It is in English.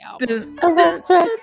Electric